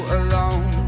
alone